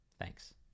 Thanks